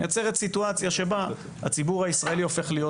מייצר סיטואציה שבה הציבור הישראלי הופך להיות